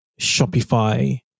Shopify